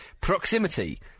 Proximity